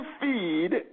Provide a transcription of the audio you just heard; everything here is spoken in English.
feed